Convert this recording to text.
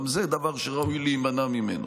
גם זה דבר שראוי להימנע ממנו.